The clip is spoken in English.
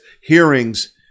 hearings